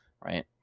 right